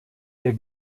der